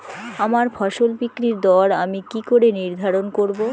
আমার ফসল বিক্রির দর আমি কি করে নির্ধারন করব?